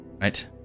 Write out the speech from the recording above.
right